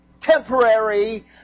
temporary